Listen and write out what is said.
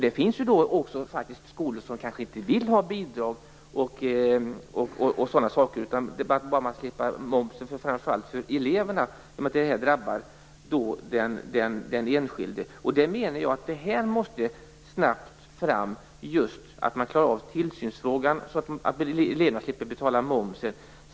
Det finns ju även skolor som kanske inte vill ha bidrag och sådana saker utan bara vill slippa momsen framför allt för eleverna eftersom detta drabbar den enskilde. Jag menar att tillsynsfrågan måste klaras av snabbt så att eleverna slipper att betala momsen.